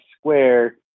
square